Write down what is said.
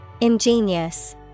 Ingenious